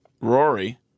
Rory